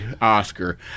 Oscar